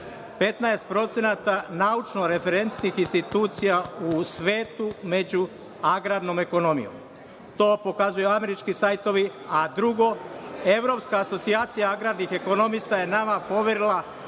15% naučno-referentnih institucija u svetu među agrarnom ekonomijom. To pokazuju američki sajtovi. Drugo, Evropska asocijacija agrarnih ekonomista je nama poverila